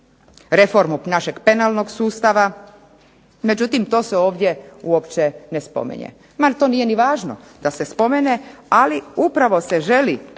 reformu našeg penalnog sustava međutim, to se ovdje uopće ne spominje. Nije ni važno da se spomene, ali upravo se želi